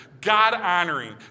God-honoring